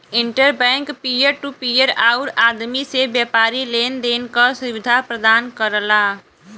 inter bank peer to peer आउर आदमी से व्यापारी लेन देन क सुविधा प्रदान करला